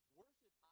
worship